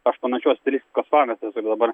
aš panašios stilistikos fanas esu ir dabar